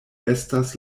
estas